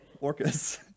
orcas